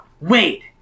wait